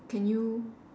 can you